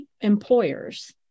Employers